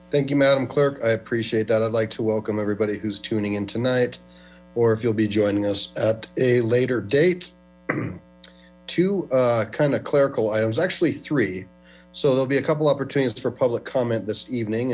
quorum thank you madam clerk i appreciate that i'd like to welcome everybody who's tuning in tonight or if you'll be joining us at a later date two kind of clerical i was actually three so they'll be a couple opportunities for public comment this evening